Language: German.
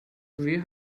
wie